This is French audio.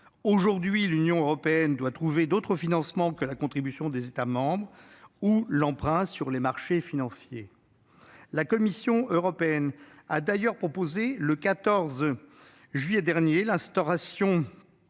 Aujourd'hui, l'Union européenne doit trouver d'autres financements que la contribution des États membres ou l'emprunt sur les marchés financiers. La Commission européenne a d'ailleurs proposé, le 14 juillet dernier, l'instauration